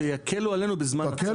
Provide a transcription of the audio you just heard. שיקלו עלינו בזמן, זה הבקשה.